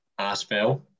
Aspel